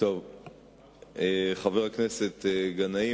חבר הכנסת גנאים,